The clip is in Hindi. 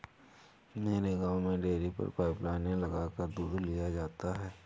मेरे गांव में डेरी पर पाइप लाइने लगाकर दूध लिया जाता है